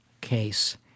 case